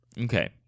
Okay